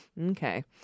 okay